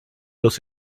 los